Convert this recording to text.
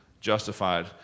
justified